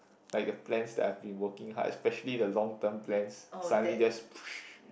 like the plans that I've been working hard especially the long term plans suddenly just